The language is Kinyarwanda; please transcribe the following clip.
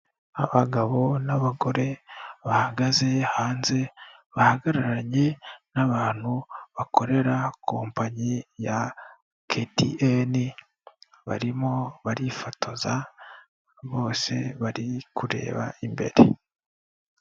Abagabo n'abagore bahagaze hanze, bahagararanye n'abantu bakorera kompanyi ya keti eni, barimo barifotoza bose bari kureba imbere.